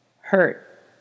hurt